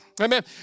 Amen